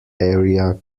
area